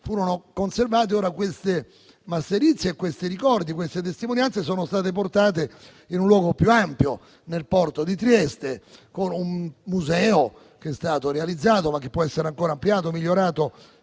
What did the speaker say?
furono conservati, ora quelle masserizie, quei ricordi e testimonianze sono stati portati in un luogo più ampio, nel porto di Trieste, con un museo che è stato realizzato ma che può essere ancora ampliato, migliorato